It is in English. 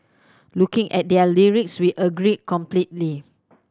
looking at their lyrics we agree completely